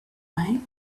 way